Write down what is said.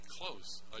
close